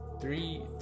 three